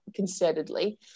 concertedly